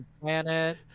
planet